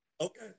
Okay